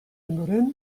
ondoren